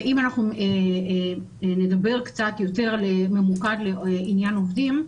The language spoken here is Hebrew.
אם אנחנו נדבר קצת יותר ממוקד לעניין עובדים,